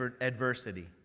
adversity